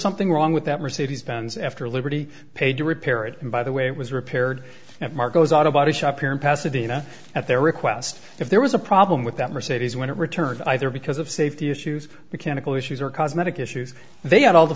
something wrong with that mercedes benz after liberty paid to repair it and by the way it was repaired at margo's auto body shop here in pasadena at their request if there was a problem with that mercedes when it returned either because of safety issues the chemical issues or cosmetic issues they had all the